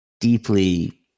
deeply